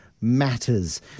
matters